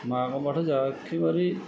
माघआवब्थला' जोंहा एकेबारे